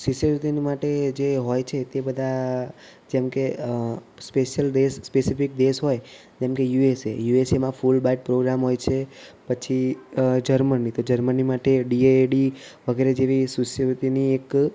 શિષ્યવૃત્તિની માટે જે હોય છે તે બધા જેમકે સ્પેસ્યલ દેશ સ્પેસિફિક દેશ હોય જેમકે યુએસએ યુએસએમાં ફૂલ બાર્ડ પ્રોગ્રામ હોય છે પછી જર્મની તો જર્મની માટે ડીએએડી વગેરે જેવી શિષ્યવૃત્તિની એક